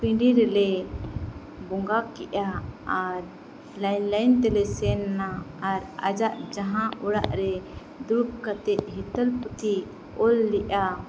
ᱯᱤᱸᱰᱤ ᱨᱮᱞᱮ ᱵᱚᱸᱜᱟ ᱠᱮᱫᱼᱟ ᱟᱨ ᱞᱟᱭᱤᱱ ᱼᱞᱟᱭᱤᱱ ᱛᱮᱞᱮ ᱥᱮᱱᱮᱱᱟ ᱟᱨ ᱟᱡᱟᱜ ᱡᱟᱦᱟᱸ ᱚᱲᱟᱜᱨᱮ ᱫᱩᱲᱩᱵ ᱠᱟᱛᱮᱫ ᱦᱤᱛᱟᱹᱞ ᱯᱩᱛᱷᱤᱭ ᱚᱞ ᱞᱮᱫᱼᱟ